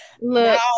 Look